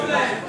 טוב להם.